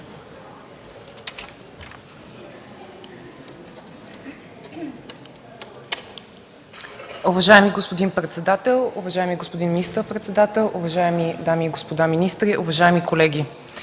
Уважаеми господин председател, уважаеми господин министър-председател, уважаеми дами и господа министри, уважаеми колеги!